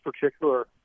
particular